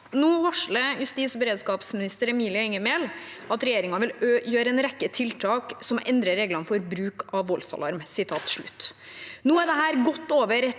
«Nå varsler justis- og beredskapsminister Emilie Enger Mehl at regjeringen vil gjøre en rekke tiltak, som å endre reglene for bruk av voldsalarm.» Dette er nå godt over